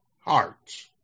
hearts